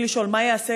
הוא וצוותו הם הבעיה.